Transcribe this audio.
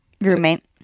Roommate